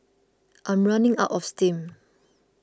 I'm running out of steam